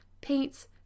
paints